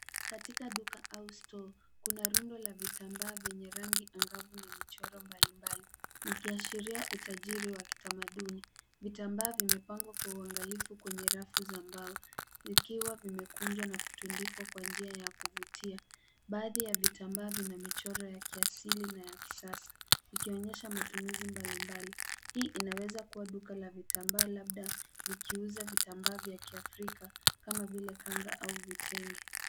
Katika duka au stoo kuna rundo la vitambaa vyenye rangi angavu na michoro mbalimbali, ikiashiria utajiri wa kitamaduni. Vitambaa vimepangwa kwa uangalifu kwenye rafu za mbao, vikiwa vimekunjwa na kutundikwa kwa njia ya kuvutia. Baadhi ya vitambaa vina michoro ya kiasili na ya kisasa, ikionyesha matumizi mbalimbali. Hii inaweza kuwa duka la vitambaa labda likiuza vitambaa vya kiafrika kama vile kanga au vitenge.